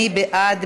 מי בעד?